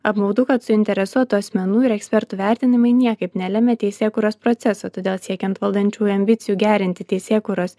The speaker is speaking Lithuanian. apmaudu kad suinteresuotų asmenų ir ekspertų vertinimai niekaip nelemia teisėkūros proceso todėl siekiant valdančiųjų ambicijų gerinti teisėkūros